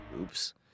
Oops